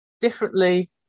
differently